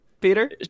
Peter